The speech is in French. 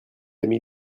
amie